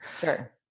Sure